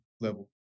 level